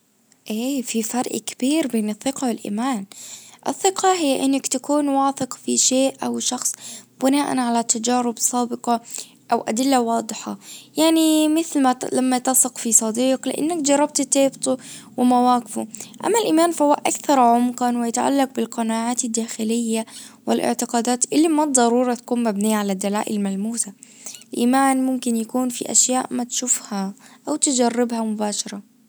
ايه في فرق كبير بين الثقة والايمان. الثقة هي انك تكون واثق في شيء او شخص بناء على تجارب سابقة او ادلة واضحة. يعني مثل ما لما تثق في صديق لانك جربت تيبته ومواقفه. اما الايمان فهو اكثر عمقا ويتعلق بالقناعات الداخلية والاعتقادات اللي ما الضرورة تكون مبنية على الدلائل الملموسة. ايمان ممكن يكون في اشياء ما تشوفها او تجربها مباشرة